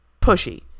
pushy